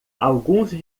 alguns